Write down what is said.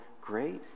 grace